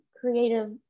creative